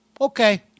Okay